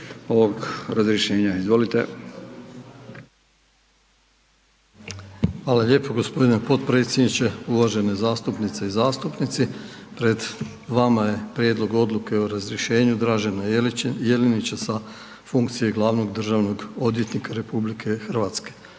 Hvala lijepo g. potpredsjedniče, uvažene zastupnice i zastupnici, pred vama je prijedlog odluke o razrješenju Dražena Jelenića sa funkcije glavnog državnog odvjetnika RH.